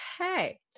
Okay